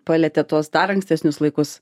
palietė tuos dar ankstesnius laikus